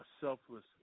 selfless